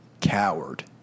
coward